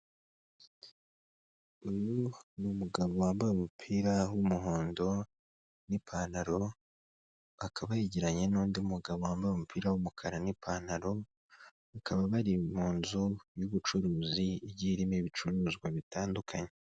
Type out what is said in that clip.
Uyu ni umugabo wambaye umupira w'umuhondo n'ipantaro, akaba yegeranye n'undi mugabo wambaye umupira w'umukara n'ipantaro, bakaba bari mu nzu y'ubucuruzi igiye irimo ibicuruzwa bitandukanye.